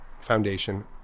foundation